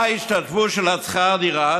מה ההשתתפות בשכר הדירה?